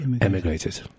emigrated